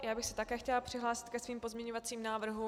Já bych se také chtěla přihlásit ke svým pozměňovacím návrhům.